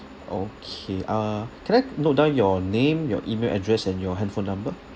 okay uh can I note down your name your email address and your handphone number